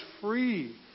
free